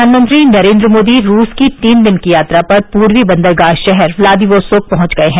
प्रधानमंत्री नरेन्द्र मोदी रूस की तीन दिन की यात्रा पर पूर्वी बंदरगाह शहर ब्लादिक्सोक पहुंच गए हैं